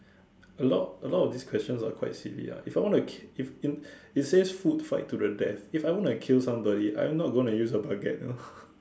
a lot a lot of these questions are quite silly ah if I want to k~ if in it says food fight to the death if I want to kill somebody I'm not gonna use a baguette you know